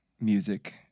music